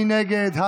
מי נגד?